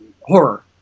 horror